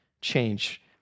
change